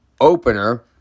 opener